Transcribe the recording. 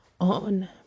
on